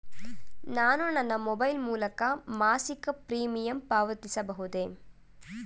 ನಾನು ನನ್ನ ಮೊಬೈಲ್ ಮೂಲಕ ಮಾಸಿಕ ಪ್ರೀಮಿಯಂ ಪಾವತಿಸಬಹುದೇ?